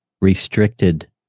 restricted